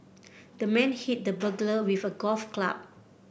the man hit the burglar with a golf club